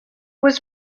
was